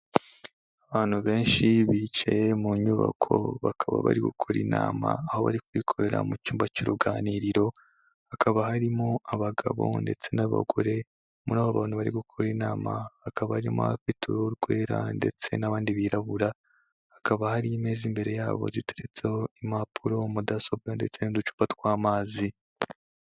Abantu benshi bicaye mu nyubako bakaba bari gukora inama aho bari kubikorera mu cyumba cy'uruganiriro hakaba harimo abagabo ndetse n'abagore muri abo bantu bari gukora inama hakaba arimo abafite uruhu rwera ndetse n'abandi birabura hakaba hari imeza imbere yabo ziteretseho impapuro, mudasobwa ndetse n'uducupa tw'amazi.